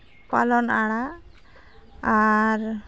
ᱯᱟᱞᱚᱱ ᱟᱲᱟᱜ ᱟᱨ